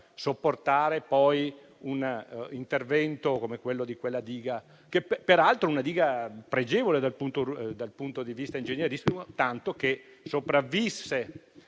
sopportare un intervento come quello della diga, che peraltro era un manufatto pregevole dal punto di vista ingegneristico, tanto che sopravvisse